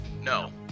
No